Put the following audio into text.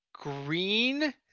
green